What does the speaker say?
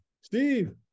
Steve